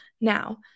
Now